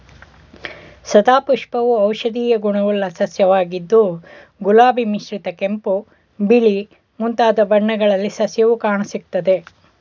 ಸದಾಪುಷ್ಪವು ಔಷಧೀಯ ಗುಣವುಳ್ಳ ಸಸ್ಯವಾಗಿದ್ದು ಗುಲಾಬಿ ಮಿಶ್ರಿತ ಕೆಂಪು ಬಿಳಿ ಮುಂತಾದ ಬಣ್ಣಗಳಲ್ಲಿ ಸಸ್ಯವು ಕಾಣಸಿಗ್ತದೆ